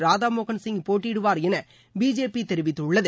ராதாமோகன் சிங் போட்டியிடுவார் என பிஜேபி தெரிவித்துள்ளது